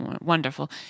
Wonderful